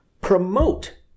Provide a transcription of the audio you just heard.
promote